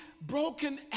broken